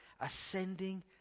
ascending